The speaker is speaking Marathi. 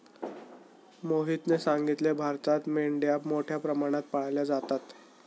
मोहितने सांगितले, भारतात मेंढ्या मोठ्या प्रमाणात पाळल्या जातात